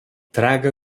traga